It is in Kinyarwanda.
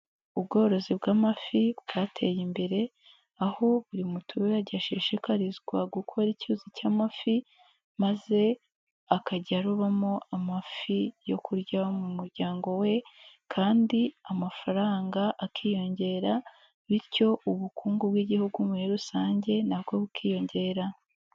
Ubworozi bw'amafi bwateye imbere, aho buri muturage ashishikarizwa gukora icyuzi cy'amafi maze akajya arobamo amafi yo kurya mu muryango we kandi amafaranga akiyongera bityo ubukungu bw'igihugu muri rusange nabwo bukiyongera.